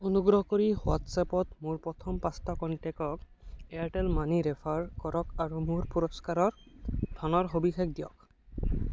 অনুগ্ৰহ কৰি হোৱাট্ছ এপত মোৰ প্ৰথম পাঁচটা কণ্টেকক এয়াৰটেল মানি ৰেফাৰ কৰক আৰু মোৰ পুৰস্কাৰৰ ধনৰ সবিশেষ দিয়ক